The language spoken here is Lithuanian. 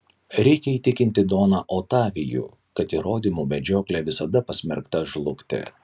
reikia įtikinti doną otavijų kad įrodymų medžioklė visada pasmerkta žlugti